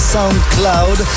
SoundCloud